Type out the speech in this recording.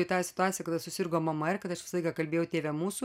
į tą situaciją kada susirgo mama ir kad aš visą laiką kalbėjau tėve mūsų